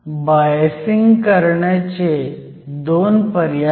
bias िंग करायचे 2 पर्याय आहेत